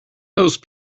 those